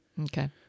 Okay